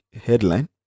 headline